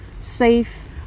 safe